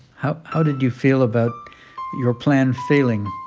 how how did you feel about your plan failing?